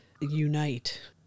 Unite